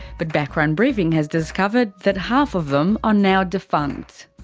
but background briefing has discovered that half of them are now defunct.